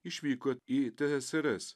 išvyko į tsrs